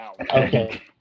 Okay